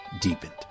deepened